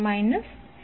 152 0